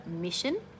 mission